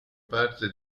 parte